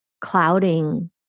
clouding